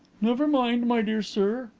never mind, my dear sir,